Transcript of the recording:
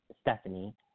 Stephanie